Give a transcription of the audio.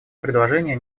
предложения